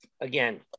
again